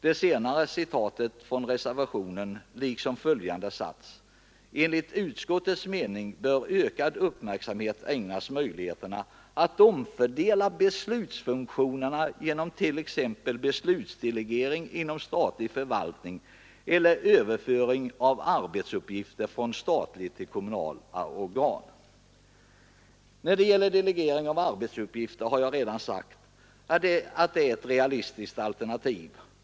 Det senare är ett citat från reservationen, liksom följande sats: ”Enligt utskottets mening bör ökad uppmärksamhet ägnas åt möjligheterna att omfördela beslutsfunktioner genom t.ex. beslutsdelegering inom den statliga förvaltningen eller överförande av arbetsuppgifter från statliga till kommunala organ.” När det gäller delegering av arbetsuppgifter har jag redan sagt att det är ett realistiskt alternativ.